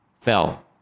fell